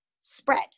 spread